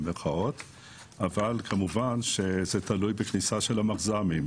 אבל כמובן שזה תלוי בכניסה של המחז"מים.